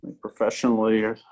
professionally